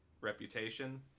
reputation